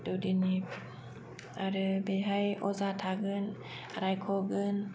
दौवदिनि आरो बेहाय अजा थागोन रायख'गोन